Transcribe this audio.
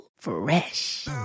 Fresh